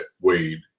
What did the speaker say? Wade